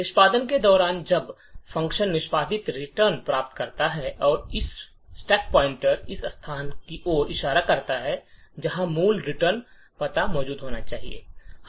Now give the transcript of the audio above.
निष्पादन के दौरान जब फ़ंक्शन निष्पादित रिटर्न प्राप्त कर रहा है स्टैक पॉइंटर इस स्थान की ओर इशारा कर रहा है जहां मूल रिटर्न पता मौजूद होना चाहिए